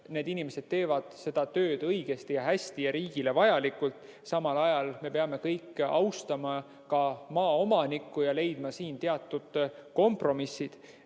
need inimesed teevad seda tööd õigesti, hästi ja riigile vajalikult. Samal ajal aga me kõik peame austama maaomanikku ja leidma siin teatud kompromissid. Nende